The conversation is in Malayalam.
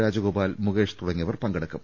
രാജഗോപാൽ മുകേഷ് തുടങ്ങിയവർ പങ്കെടു ക്കും